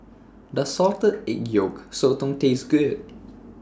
Does Salted Egg Yolk Sotong Taste Good